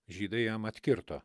žydai jam atkirto